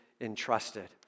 entrusted